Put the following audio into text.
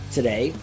Today